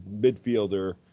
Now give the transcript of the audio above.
midfielder